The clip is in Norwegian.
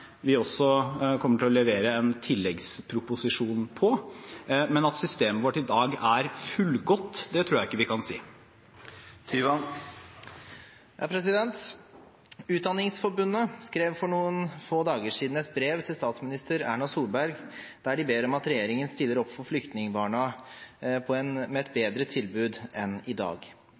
vi også kommer til å levere en tilleggsproposisjon på, men at systemet vårt i dag er fullgodt, tror jeg ikke vi kan si. Utdanningsforbundet skrev for noen få dager siden et brev til statsminister Erna Solberg der de ber om at regjeringen stiller opp for flyktningbarna med et bedre tilbud enn i dag.